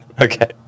Okay